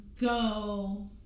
go